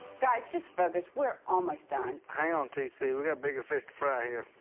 guys, just focus. we're almost done. hang on, t c. we got bigger fish to fry